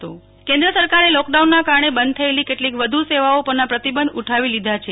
Nehal Thakkar lockdown સેવાઓ કેન્દ્ર સરકારે લોકડાઉનના કારણે બંધ થયેલી કેટલીક વધુ સેવાઓ પરના પ્રતિબંધ ઉઠાવી લીધા છે